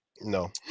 No